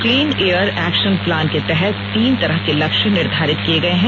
clean air action plan के तहत तीन तरह के लक्ष्य निर्धारित किए गए हैं